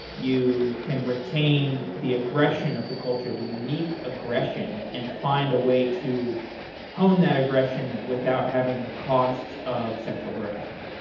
you can retain the aggression of the culture, the unique aggression and find a way to hone that aggression without having the costs of sexual harassments.